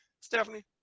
Stephanie